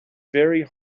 very